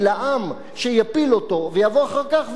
לעם שיפיל אותו ויבוא ואחר כך ויגיד: